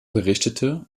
berichtete